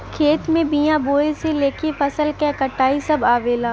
खेत में बिया बोये से लेके फसल क कटाई सभ आवेला